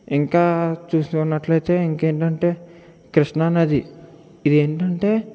ఇంకా చూసుకున్నట్లయితే ఇంక ఏంటంటే కృష్ణా నది ఇదేంటంటే